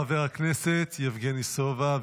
חבר הכנסת יבגני סובה,